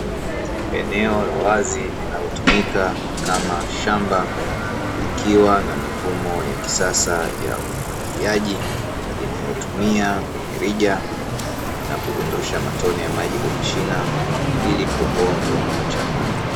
Eneo la wazi linalotumika kama shamba likiwa na mifumo ya kisasa ya umwagiliaji inayotumia mirija na kudondosha matone ya maji kwenye shina, ili kuokoa kiwango cha maji.